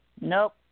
Nope